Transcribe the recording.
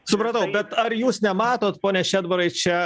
supratau bet ar jūs nematot pone šedbarai čia